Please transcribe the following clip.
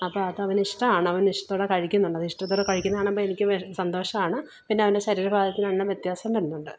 അപ്പം അത് അവന് ഇഷ്ടമാണ് അവന് ഇഷ്ടത്തോടെ കഴിക്കുന്നുണ്ട് അത് ഇഷ്ടത്തോടെ കഴിക്കുന്നത് കാണുമ്പം എനിക്ക് സന്തോഷമാണ് പിന്നെ അവന്റെ ശരീര ഭാഗത്തിന് നല്ല വ്യത്യാസം വരുന്നുണ്ട്